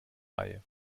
reihe